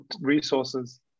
resources